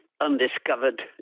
undiscovered